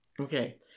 Okay